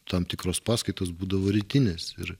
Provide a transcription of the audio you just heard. tam tikros paskaitos būdavo rytinės ir